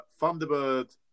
Thunderbird